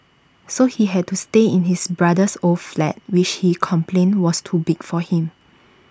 so he had to stay in his brother's old flat which he complained was too big for him